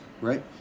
right